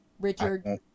Richard